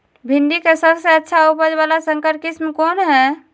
भिंडी के सबसे अच्छा उपज वाला संकर किस्म कौन है?